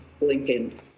Lincoln